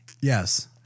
Yes